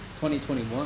2021